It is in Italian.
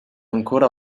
ancora